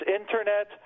internet